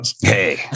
hey